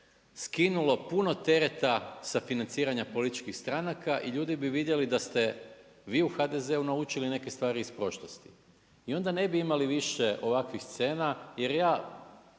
skinulo puno tereta sa financiranja političkih stranaka i ljudi bi vidjeli da ste vi u HDZ-u naučiti neke stvari iz prošlosti. I onda ne bi imali više ovakvih scena, jer ja